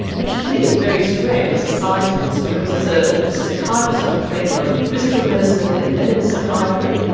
which to me is very strange as a scientist, because as ah you know as a psychiatrist i've trained both in physical medicine and then in psychiatry,